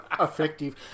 effective